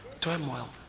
Turmoil